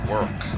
Work